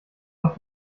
doch